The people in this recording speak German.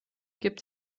gibt